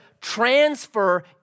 transfer